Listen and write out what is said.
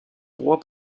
roi